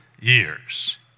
years